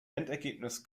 endergebnis